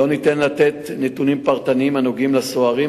לא ניתן לתת נתונים פרטניים הנוגעים לסוהרים,